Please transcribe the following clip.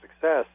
success